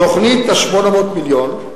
אפס תקציב, תוכנית ה-800 מיליון,